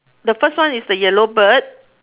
the first one is the yellow bird